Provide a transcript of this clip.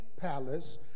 palace